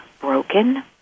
broken